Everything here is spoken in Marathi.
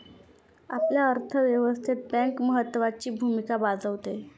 आपल्या अर्थव्यवस्थेत बँक महत्त्वाची भूमिका बजावते